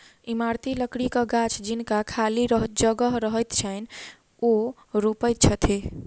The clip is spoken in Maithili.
इमारती लकड़ीक गाछ जिनका खाली जगह रहैत छैन, ओ रोपैत छथि